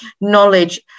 knowledge